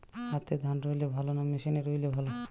হাতে ধান রুইলে ভালো না মেশিনে রুইলে ভালো?